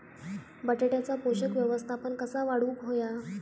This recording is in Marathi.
बटाट्याचा पोषक व्यवस्थापन कसा वाढवुक होया?